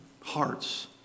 hearts